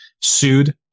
sued